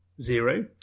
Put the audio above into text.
Zero